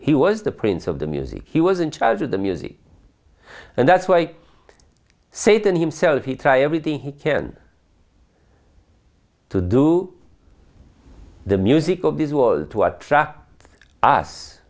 he was the prince of the music he was in charge of the music and that's why satan himself he try everything he can to do the music